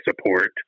support